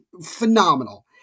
Phenomenal